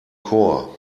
chor